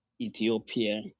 Ethiopia